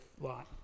Lot